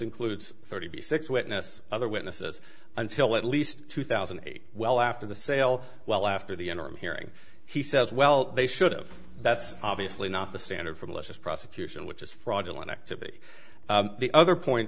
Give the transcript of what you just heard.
includes thirty six witness other witnesses until at least two thousand and eight well after the sale well after the interim hearing he says well they should have that's obviously not the standard for malicious prosecution which is fraudulent activity the other point